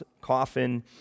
coffin